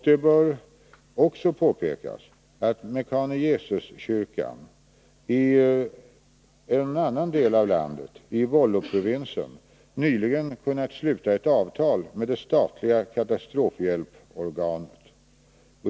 Det bör också påpekas att Mekane Yesus-kyrkan i en annan del av landet, i Wollo-provinsen, nyligen kunnat sluta ett avtal med det statliga katastrofhjälporganet.